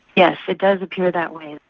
yes, it does appear that way.